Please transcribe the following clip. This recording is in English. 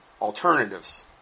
alternatives